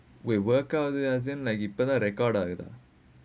we work out the exam like eternal record lah